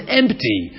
empty